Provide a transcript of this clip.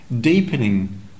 deepening